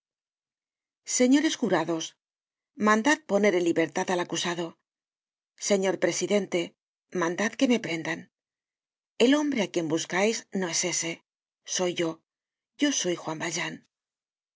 señores jurados mandad poner en libertad al acusado señor presidente mandad que me prendan el hombre á quien buscais no es ese soy yo yo soy juan valjean